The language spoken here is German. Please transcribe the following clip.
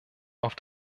auf